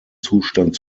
zustand